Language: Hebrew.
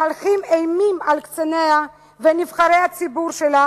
מהלכים אימים על קציניה ונבחרי הציבור שלה